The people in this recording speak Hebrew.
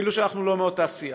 אפילו שאנחנו לא מאותה סיעה.